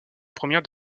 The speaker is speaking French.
première